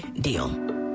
deal